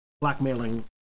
blackmailing